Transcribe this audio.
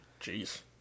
Jeez